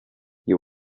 you